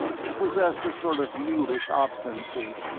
he possessed a sort of mulish obstinacy,